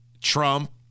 Trump